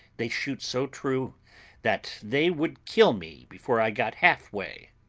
they shoot so true that they would kill me before i got half-way.